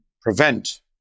prevent